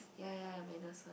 yea yea I'm innocent